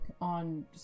on